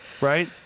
right